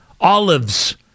olives